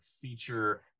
feature